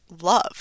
love